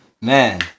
Man